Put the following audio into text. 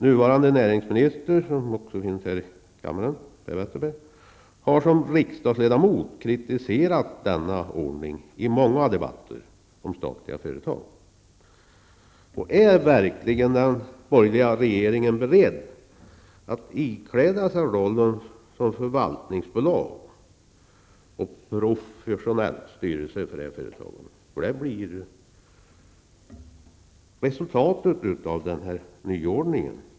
Nuvarande näringsministern Per Westerberg, som nu finns här i kammaren, har som riksdagsledamot kritiserat denna ordning i många debatter om statliga företag. Är verkligen den borgerliga regeringen beredd att ikläda sig rollen som förvaltningsbolag med professionell styrelse? Det blir resultatet av denna nyordning.